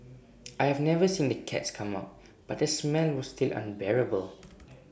I have never seen the cats come out but the smell was still unbearable